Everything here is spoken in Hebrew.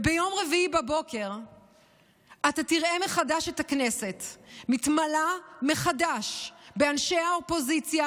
ביום רביעי בבוקר אתה תראה מחדש את הכנסת מתמלאת מחדש באנשי האופוזיציה,